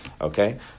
okay